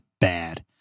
bad